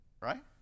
right